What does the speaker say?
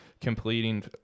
completing